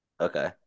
Okay